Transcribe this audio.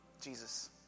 Jesus